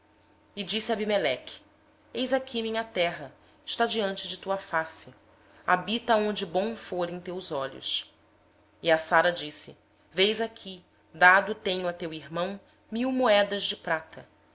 e disse-lhe abimeleque eis que a minha terra está diante de ti habita onde bem te parecer e a sara disse eis que tenho dado a teu irmão mil moedas de prata